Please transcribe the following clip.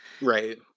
right